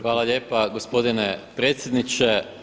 Hvala lijepa gospodine predsjedniče.